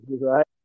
Right